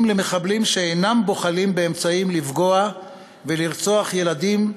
למחבלים שאינם בוחלים באמצעים לפגוע ולרצוח ילדים,